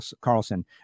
Carlson